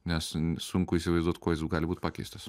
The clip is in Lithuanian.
nes sunku įsivaizduot kuo jis gali būt pakeistas